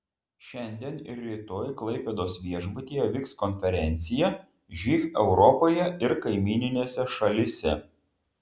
šiandien ir rytoj klaipėdos viešbutyje vyks konferencija živ europoje ir kaimyninėse šalyse